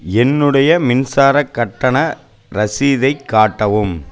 என்னுடைய மின்சார கட்டண ரசீதைக் காட்டவும்